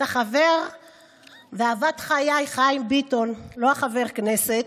את החבר ואהבת חיי חיים ביטון, לא חבר הכנסת,